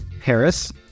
Paris